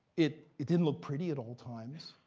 it it didn't look pretty at all times,